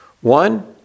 One